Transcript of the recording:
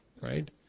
right